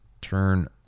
Turn